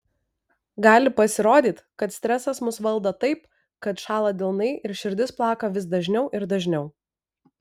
gali pasirodyti kad stresas mus valdo taip kad šąla delnai ir širdis plaka vis dažniau ir dažniau